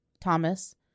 Thomas